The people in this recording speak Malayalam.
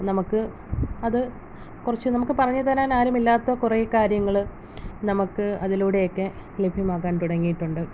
നമുക്ക് അത് കുറച്ച് നമുക്ക് പറഞ്ഞുതരാൻ ആരുമില്ലാത്ത കുറെ കാര്യങ്ങള് നമുക്ക് അതിലൂടെയൊക്കെ ലഭ്യമാകാൻ തുടങ്ങിയിട്ടുണ്ട്